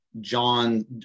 John